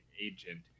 agent